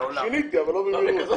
שיניתי אבל לא במהירות.